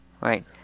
right